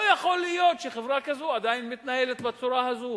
לא יכול להיות שחברה כזאת עדיין מתנהלת בצורה הזאת.